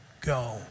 go